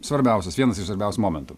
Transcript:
svarbiausias vienas iš svarbiausių momentų